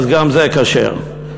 גם זה כשר.